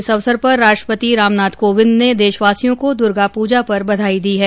इस अवसर पर राष्ट्रपति रामनाथ कोविंद ने देशवासियों को दुर्गा पूजा पर बधाई दी है